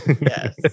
Yes